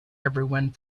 everyone